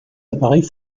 appareils